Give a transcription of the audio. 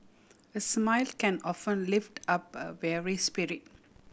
a smile can often lift up a weary spirit